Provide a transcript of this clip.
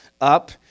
up